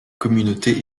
communautés